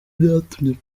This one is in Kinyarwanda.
byatumye